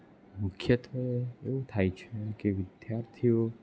મુખ્યત્વે એવું થાય છે કે વિદ્યાર્થીઓ